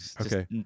Okay